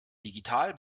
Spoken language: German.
digital